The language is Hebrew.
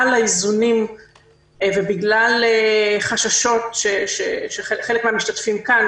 האיזונים ובגלל חששות של חלק מן המשתתפים כאן,